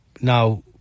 Now